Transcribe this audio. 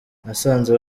nasanze